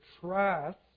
trust